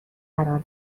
قرار